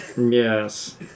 Yes